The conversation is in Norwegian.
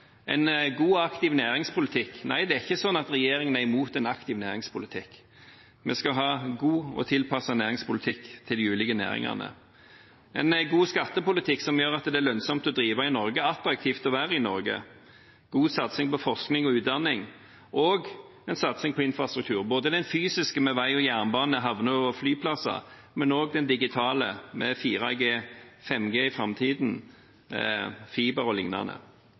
En god og aktiv næringspolitikk – nei, det er ikke sånn at regjeringen er imot en aktiv næringspolitikk. Vi skal ha god og tilpasset næringspolitikk til de ulike næringene, en god skattepolitikk som gjør at det er lønnsomt å drive i Norge, attraktivt å være i Norge, god satsing på forskning og utdanning og en satsing på infrastruktur, ikke bare den fysiske med vei og jernbane, havner og flyplasser, men også den digitale, med 4G – 5G i framtiden – fiber